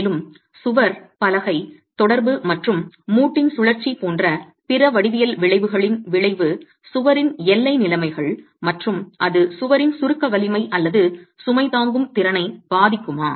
மேலும் சுவர் பலகை தொடர்பு மற்றும் மூட்டின் சுழற்சி போன்ற பிற வடிவியல் விளைவுகளின் விளைவு சுவரின் எல்லை நிலைமைகள் மற்றும் அது சுவரின் சுருக்க வலிமை அல்லது சுமை தாங்கும் திறனை பாதிக்குமா